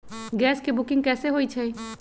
Gas के booking कैसे होईछई?